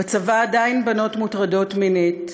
בצבא עדיין בנות מוטרדות מינית,